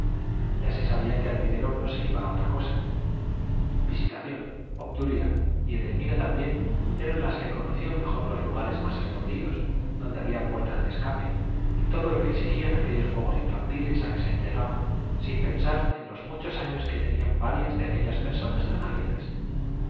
ya se sabía que al vivero no se iba a otra cosa visitación obdulia y edelmira también eran las que conocían mejor los lugares más escondidos dónde había puertas de escape y todo lo que exigían aquellos juegos infantiles a que se entregaban sin pensar en los muchos años que tenían varias de aquellas personas tan alegres